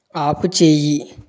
ఆపుచెయ్యి